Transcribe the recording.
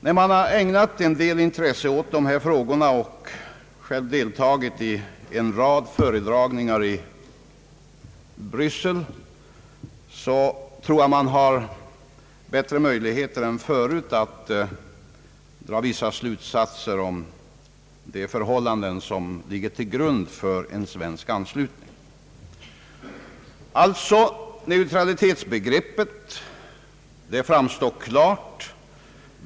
När man som jag har ägnat en del intresse åt dessa frågor och själv deltagit i en rad föredragningar i Bryssel, tror jag man har bättre möjligheter än tidigare att dra vissa slutsatser om de förhållanden som ligger till grund för en svensk anslutning. Neutralitetsbegreppet framstår klart.